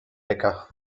wecker